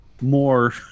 more